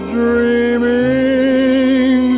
dreaming